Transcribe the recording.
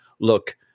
look